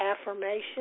affirmation